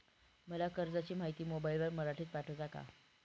मला कर्जाची माहिती मोबाईलवर मराठीत पाठवता का?